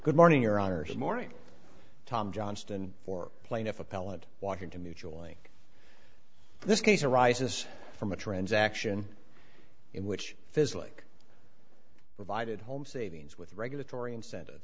good morning your honor said morning tom johnston for plaintiff appellant washington mutual like this case arises from a transaction in which fizzling provided home savings with regulatory incentive